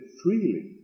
freely